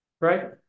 right